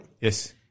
Yes